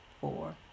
four